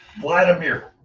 Vladimir